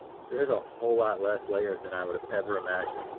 there's a whole lot less layers than i would've ever imagined.